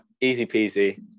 easy-peasy